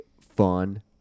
fun